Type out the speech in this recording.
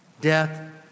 Death